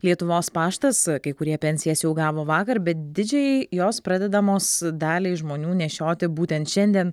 lietuvos paštas kai kurie pensijas jau gavo vakar bet didžiajai jos pradedamos daliai žmonių nešioti būtent šiandien